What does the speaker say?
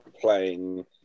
playing